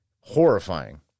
Horrifying